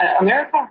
America